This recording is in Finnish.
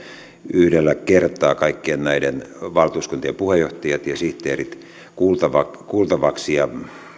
yhdellä kertaa kaikkien näiden valtuuskuntien puheenjohtajat ja sihteerit kuultaviksi kuultaviksi ja